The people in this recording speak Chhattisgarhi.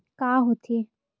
का होथे?